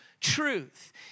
truth